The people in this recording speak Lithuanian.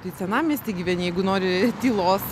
tai senamiesty gyveni jeigu nori tylos